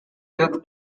took